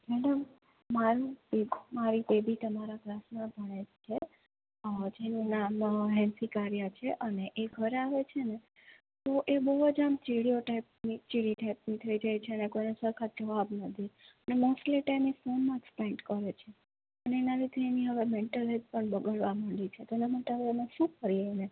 madam મારો એક મારી બેબી તમારા ક્લાસમાં ભણે છે જેનું નામ હેન્સી કારીયા છે અને એ ઘરે આવે છે ને તો એ બહુ જ આમ ચિડિયો ટાઈપની ચીડી ટાઇપની થઈ જાય છે અને કોઈને સરખા જવાબ ન દે અને મોસ્ટલી ટાઈમ એ ફોનમાં જ સ્પેન્ટ કરે છે અને એના લીધે એની હવે મેન્ટલ હેલ્થ પણ બગડવા માંડી છે તો એના માટે હવે અમે શું કરીએ એને